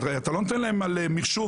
אתה לא נותן להם על מחשוב,